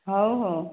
ହଉ ହଉ